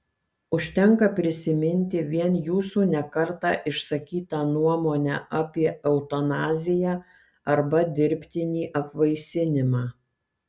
užtenka prisiminti vien jūsų ne kartą išsakytą nuomonę apie eutanaziją arba dirbtinį apvaisinimą